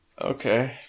Okay